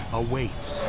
awaits